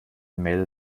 mel